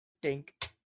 Dink